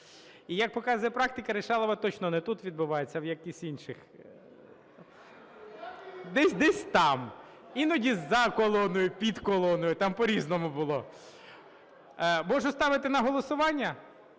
І, як показує практика, "рішалово" точно не тут відбувається, а в якихось інших – десь там, іноді за колоною, під колоною , там по-різному було. Можу ставити на голосування?